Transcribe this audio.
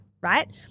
right